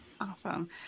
awesome